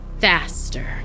Faster